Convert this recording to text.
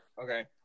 Okay